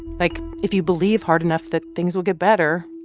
like, if you believe hard enough that things will get better,